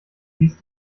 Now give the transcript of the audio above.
dies